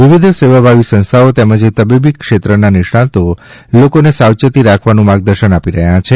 વિવિધ સેવાભાવી સંસ્થાઓ તેમજ તબીબી ક્ષેત્રના નિષ્ણાતો લોકોને સાવચેતી રાખવાનું માર્ગદર્શન આપી રહ્યા છે